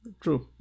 True